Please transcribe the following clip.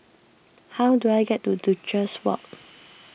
how do I get to Duchess Walk